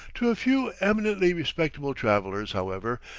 to a few eminently respectable travellers, however,